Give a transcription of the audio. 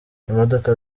imodoka